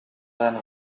than